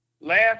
last